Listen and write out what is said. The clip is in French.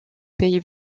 pays